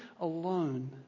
alone